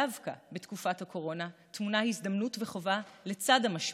דווקא בתקופת הקורונה טמונות הזדמנות וחובה לצד המשבר: